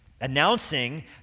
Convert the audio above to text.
announcing